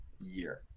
year